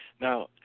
Now